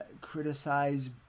criticize